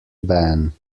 bahn